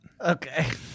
Okay